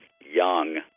young